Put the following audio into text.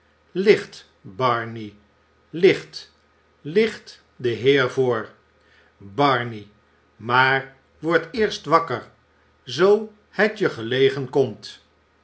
licht barney licht licht den heer voor barney maar wordt eerst wakker zoo het je gelegen komt